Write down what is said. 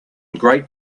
great